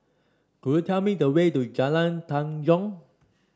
could you tell me the way to Jalan Tanjong